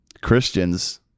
Christians